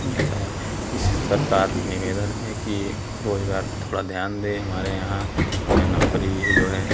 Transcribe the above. ऐसा है इस सरकार से निवेदन है कि यह रोज़गार पर थोड़ा ध्यान दे हमारे यहाँ जो है नौकरी जो है